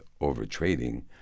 over-trading